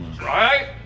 Right